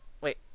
wait